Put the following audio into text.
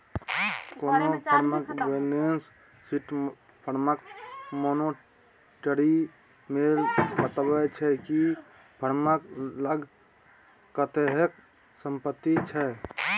कोनो फर्मक balance sheet फर्मक मानेटिरी मोल बताबै छै कि फर्मक लग कतेक संपत्ति छै